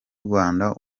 rwanda